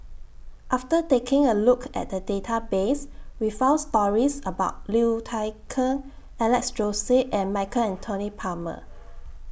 after taking A Look At The Database We found stories about Liu Thai Ker Alex Josey and Michael Anthony Palmer